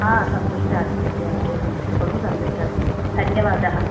हा सन्तुष्टा अस्मि अध्यापिके सन्तुष्टा बहु सन्तुष्टा अस्मि धन्यवादः